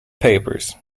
papers